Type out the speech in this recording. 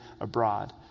abroad